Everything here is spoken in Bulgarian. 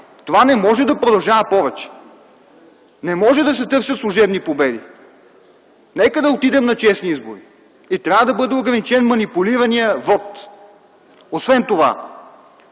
Това не може да продължава повече! Не може да се търсят служебни победи. Нека да отидем на честни избори. Трябва да бъде ограничен манипулираният вот. Освен това,